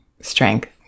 strength